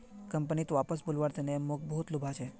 कंपनीत वापस बुलव्वार तने मोक बहुत लुभाले